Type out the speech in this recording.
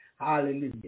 Hallelujah